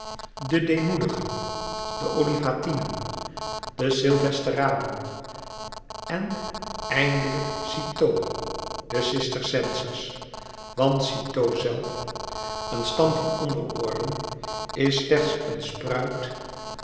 de deemoedigen de olivatinen de silvesteranen en eindelijk citeaux de cistercensers want citeaux zelf een stam van andere orden is slechts een spruit